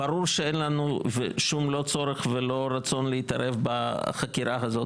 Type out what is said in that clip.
ברור שאין לנו לא צורך ולא רצון להתערב בחקירה הזאת,